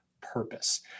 purpose